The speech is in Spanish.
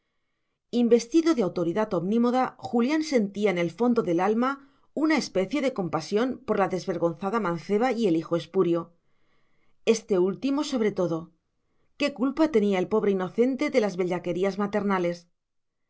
investido de autoridad omnímoda julián sentía en el fondo del alma una especie de compasión por la desvergonzada manceba y el hijo espurio este último sobre todo qué culpa tenía el pobre inocente de las bellaquerías maternales